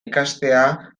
ikastea